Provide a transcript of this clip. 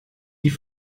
die